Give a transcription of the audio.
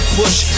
push